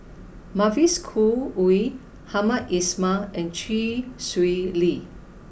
Mavis Khoo Oei Hamed Ismail and Chee Swee Lee